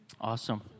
Awesome